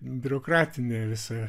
biurokratinę visą